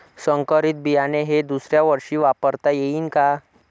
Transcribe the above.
संकरीत बियाणे हे दुसऱ्यावर्षी वापरता येईन का?